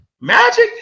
Magic